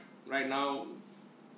right now